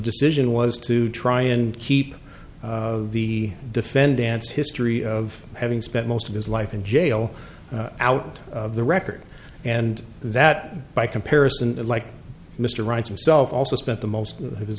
decision was to try and keep of the defendant's history of having spent most of his life in jail out of the record and that by comparison like mr wright some self also spent the most of his